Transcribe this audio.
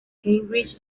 heinrich